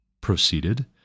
proceeded